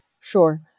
Sure